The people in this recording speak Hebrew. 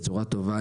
בצורה טובה,